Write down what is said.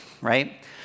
right